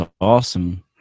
awesome